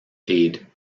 aide